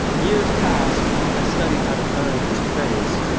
years past i studied how to earn his praise,